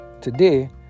Today